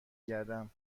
گردم